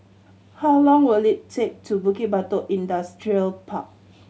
how long will it take to Bukit Batok Industrial Park